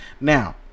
Now